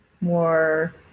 more